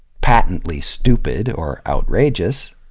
patently stupid or outrageous,